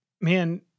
man